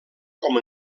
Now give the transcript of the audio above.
com